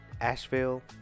Asheville